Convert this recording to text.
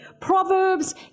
Proverbs